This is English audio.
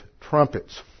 trumpets